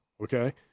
Okay